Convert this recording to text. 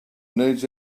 needs